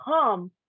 come